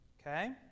Okay